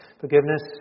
Forgiveness